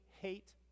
hate